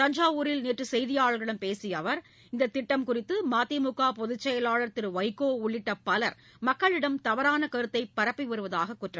தஞ்சாவூரில் நேற்றுசெய்தியாளர்களிடம் பேசியஅவர் இந்ததிட்டம் குறித்துமதிமுகபொதுச்செயலாளர் திருவைகோஉள்ளிட்டபலர் மக்களிடம் தவறானகருத்தைபரப்பிவருவதாகக் குற்றம் சாட்டினார்